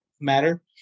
matter